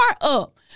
up